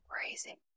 crazy